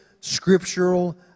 scriptural